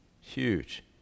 huge